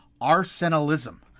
Arsenalism